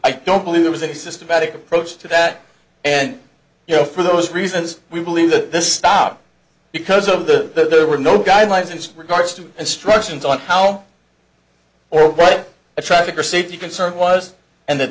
i don't believe there was a systematic approach to that and you know for those reasons we believe that this stop because of the there were no guidelines in this regards to instructions on how well or what the traffic or safety concern was and that